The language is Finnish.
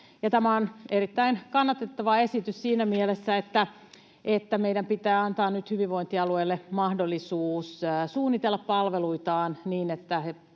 Tämä on erittäin kannatettava esitys siinä mielessä, että meidän pitää antaa nyt hyvinvointialueille mahdollisuus suunnitella palveluitaan niin, että